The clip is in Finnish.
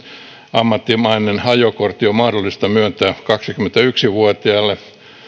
ammattimainen ajokortti on mahdollista myöntää kaksikymmentäyksi vuotiaalle ja